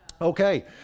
Okay